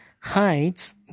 hides